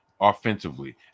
offensively